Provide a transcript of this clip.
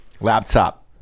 laptop